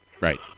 Right